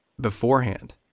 beforehand